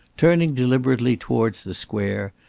turning deliberately towards the square,